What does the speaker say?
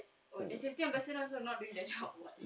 oh the safety ambassador also not doing their job [what]